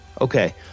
okay